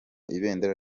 ibendera